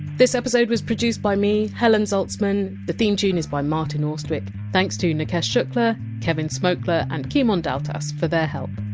this episode was produced by me, helen zaltzman, theme tune is by martin austwick, thanks to nikesh shukla, kevin smokler and kimon daltas for their help.